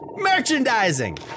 Merchandising